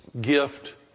gift